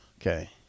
Okay